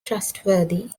trustworthy